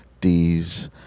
D's